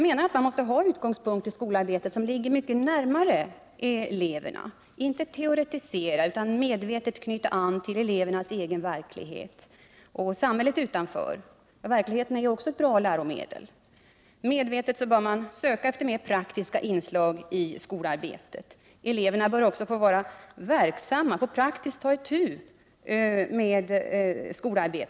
Man måste ha utgångspunkter för skolarbetet som ligger mycket närmare eleverna. Man skall inte teoretisera utan medvetet knyta an till elevernas egen verklighet och samhället utanför. Verkligheten är ju ett bra läromedel. Man bör medvetet söka efter mer praktiska inslag i skolarbetet. Eleverna bör få vara verksamma och praktiskt ta itu med skolarbetet.